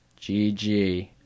gg